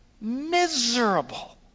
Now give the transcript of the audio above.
Miserable